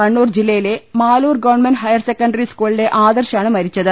കണ്ണൂർ ജില്ലയിലെ Maloor government higher secondary സ്കൂളിലെ ആദർശാണ് മരിച്ചത്